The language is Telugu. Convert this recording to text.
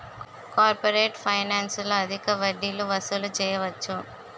కార్పొరేట్ ఫైనాన్స్లో అధిక వడ్డీలు వసూలు చేయవచ్చు